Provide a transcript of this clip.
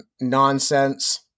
nonsense